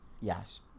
yes